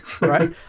Right